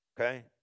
Okay